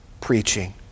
preaching